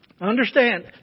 Understand